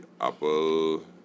Apple